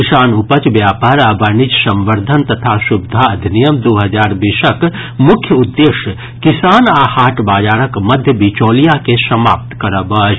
किसान उपज व्यापार आ वाणिज्य संवर्धन तथा सुविधा अधिनियम दू हजार बीसक मुख्य उद्देश्य किसान आ हाट बाजारक मध्य बिचौलिया के समाप्त करब अछि